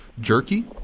jerky